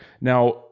now